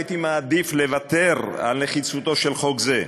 הייתי מעדיף לוותר על נחיצותו של חוק זה.